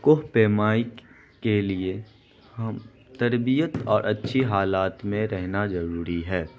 کوہ پیمائی کے لیے ہم تربیت اور اچھی حالات میں رہنا ضروری ہے